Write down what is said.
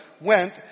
went